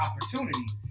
opportunities